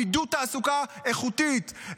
לעידוד תעסוקה איכותית,